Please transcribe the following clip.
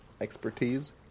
expertise